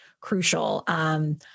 crucial